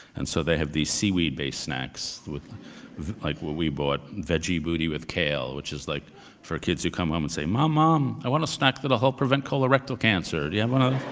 and so they have these seaweed based snacks with like what we bought, veggie booty with kale, which is like for kids who come home and say, mom, mom, i want a snack that'll help prevent colorectal cancer. do yeah you ah